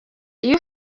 iyo